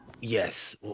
Yes